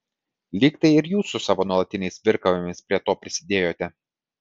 lyg tai ir jūs su savo nuolatiniais virkavimais prie to prisidėjote